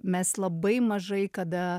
mes labai mažai kada